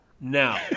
Now